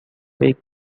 briggs